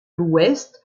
l’ouest